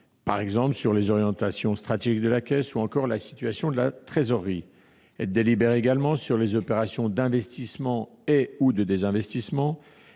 par exemple sur les orientations stratégiques de la Caisse ou encore la situation de la trésorerie. Elle délibère également sur les opérations d'investissement et/ou de désinvestissement.